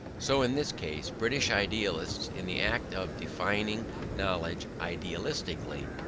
so in this case british idealists, in the act of defining knowledge idealistically,